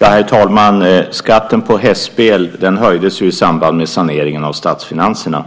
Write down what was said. Herr talman! Skatten på hästspel höjdes ju i samband med saneringen av statsfinanserna.